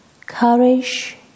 courage